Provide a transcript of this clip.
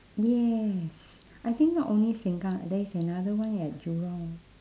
yes I think not only sengkang there is another one at jurong